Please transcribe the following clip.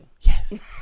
Yes